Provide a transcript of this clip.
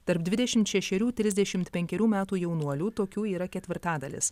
tarp dvidešim šešerių trisdešimt penkerių metų jaunuolių tokių yra ketvirtadalis